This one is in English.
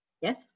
Yes